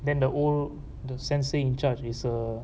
then the old the sensei in charge is a